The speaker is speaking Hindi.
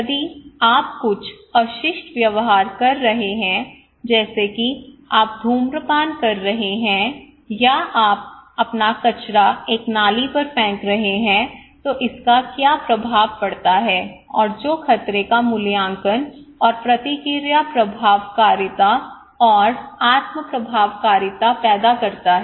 यदि आप कुछ अशिष्ट व्यवहार कर रहे हैं जैसे कि आप धूम्रपान कर रहे हैं या आप अपना कचरा एक नाली पर फेंक रहे हैं तो इसका क्या प्रभाव पड़ता है और जो खतरे का मूल्यांकन और प्रतिक्रिया प्रभावकारिता और आत्म प्रभावकारिता पैदा करता है